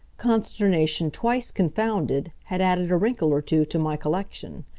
consternation twice confounded had added a wrinkle or two to my collection.